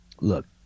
Look